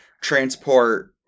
transport